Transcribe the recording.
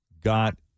got